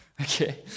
Okay